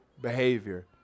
behavior